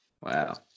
Wow